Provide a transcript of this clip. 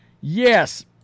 Yes